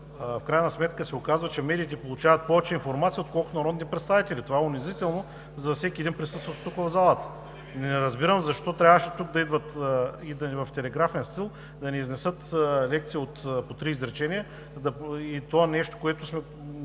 в крайна сметка се оказва, че медиите получават повече информация, отколкото народните представители. Това е унизително за всеки един, присъстващ тук, в залата. Не разбирам защо трябваше тук да идват и в телеграфен стил да ни изнесат лекция от по три изречения. Това е нещо, което вече